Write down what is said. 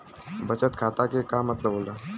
बचत खाता के का मतलब होला?